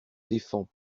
défend